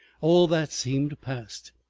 all that seemed past,